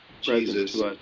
Jesus